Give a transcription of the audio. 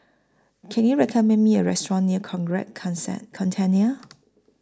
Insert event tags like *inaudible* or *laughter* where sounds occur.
Can YOU recommend Me A Restaurant near *unintelligible* Consent Centennial